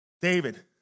David